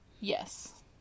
Yes